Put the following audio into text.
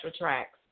tracks